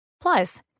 Plus